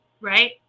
right